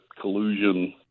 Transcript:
collusion